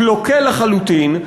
קלוקל לחלוטין,